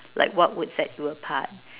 like what would set you apart